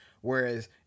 whereas